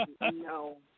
no